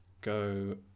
go